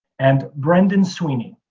and brendan sweeney,